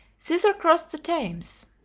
caesar crossed the thames.